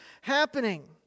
happening